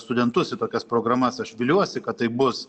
studentus į tokias programas aš viliuosi kad taip bus